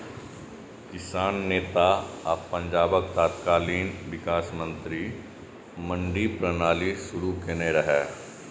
किसान नेता आ पंजाबक तत्कालीन विकास मंत्री मंडी प्रणाली शुरू केने रहै